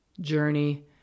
journey